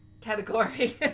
Category